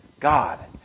God